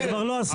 אתה כבר לא השר.